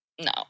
no